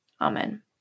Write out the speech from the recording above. Amen